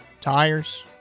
Tires